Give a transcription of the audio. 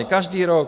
Každý rok.